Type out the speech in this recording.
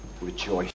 rejoice